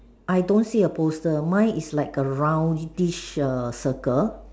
I don't see a poster mine is like a roundish err circle